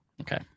Okay